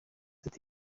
ati